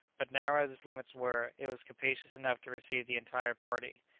but narrow as its limits were, it was capacious enough to receive the entire party.